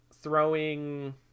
throwing